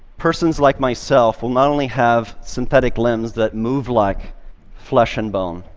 persons like myself will not only have synthetic limbs that move like flesh and bone,